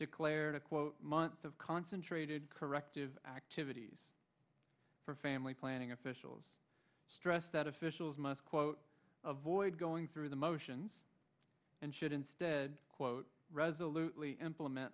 declared a quote month of concentrated corrective activities for family planning officials stress that officials must quote of void going through the motions and should instead quote resolutely implement